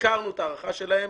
ביקרנו את ההערכה שלהן,